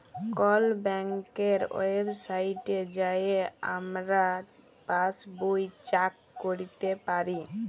call ব্যাংকের ওয়েবসাইটে যাঁয়ে আমরা পাসবই চ্যাক ক্যইরতে পারি